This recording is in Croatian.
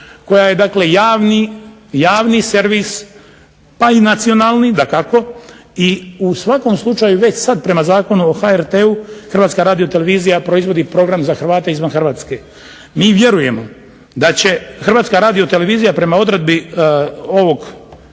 koja je javni servis, pa i nacionalni dakako i u svakom slučaju već sada prema Zakonu o HRT-u HRT proizvodi program za Hrvata izvan Hrvatske. Mi vjerujemo da će HRT-a prema odredbi ovog